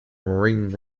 ring